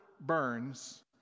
Burns